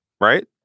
right